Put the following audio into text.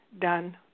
done